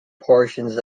portions